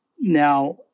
now